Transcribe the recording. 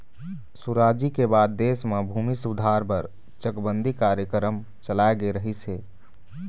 सुराजी के बाद देश म भूमि सुधार बर चकबंदी कार्यकरम चलाए गे रहिस हे